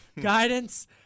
Guidance